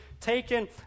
taken